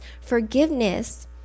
forgiveness